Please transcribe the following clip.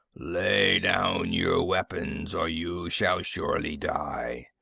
lay down your weapons or you shall surely die!